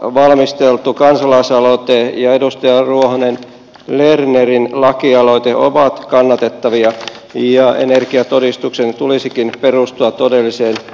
omakotiliitossa valmisteltu kansalaisaloite ja edustaja ruohonen lernerin lakialoite ovat kannatettavia ja energiatodistuksen tulisikin perustua todelliseen kulutukseen